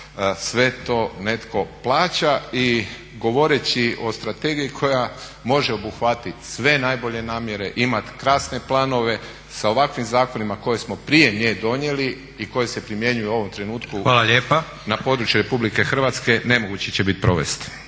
sve to netko plaća. I govoreći o strategiji koja može obuhvatiti sve najbolje namjere, imati krasne planove, sa ovakvim zakonima koje smo prije nje donijeli i koji se primjenjuju u ovom trenutku na području RH nemoguće će biti provesti.